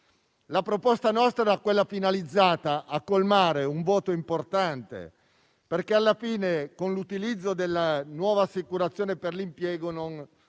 proposta era finalizzata a colmare un vuoto importante, perché alla fine, con l'utilizzo della nuova assicurazione per l'impiego, non